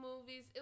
movies